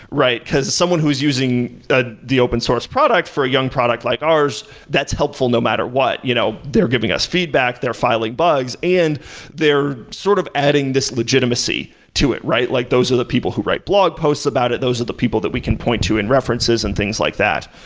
right? because someone who's using the the open source product for a young product like ours, that's helpful no matter what. you know they're giving us feedback. they're filing bugs and they're sort of adding this legitimacy to it, right? like those of the people who write blog posts about it. those are the people that we can point to in references and things like that.